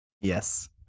Yes